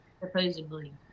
supposedly